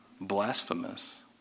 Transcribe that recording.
Blasphemous